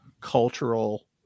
cultural